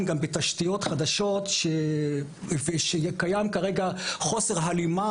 גם תשתיות חדשות וכרגע קיים חוסר הלימה,